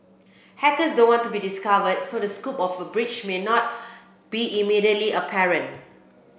hackers don't want to be discovered so the scope of a breach may not be immediately apparent